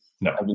no